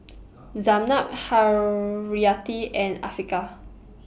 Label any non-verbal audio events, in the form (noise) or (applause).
(noise) Zaynab Haryati and Afiqah